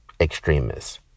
extremists